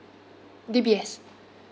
D_B_S